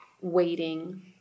waiting